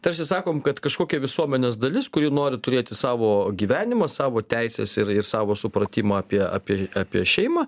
tarsi sakom kad kažkokia visuomenės dalis kuri nori turėti savo gyvenimą savo teises ir ir savo supratimą apie apie apie šeimą